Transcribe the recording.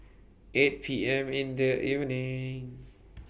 eight P M in The evening